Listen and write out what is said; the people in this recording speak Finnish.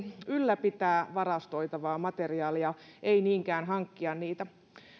ylläpitää varastoitavaa materiaalia ei niinkään hankkia niitä